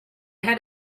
had